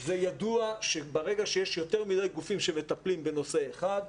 ידוע שברגע שיש יותר מדיי גופים שמטפלים בנושא אחד,